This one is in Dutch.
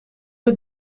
dit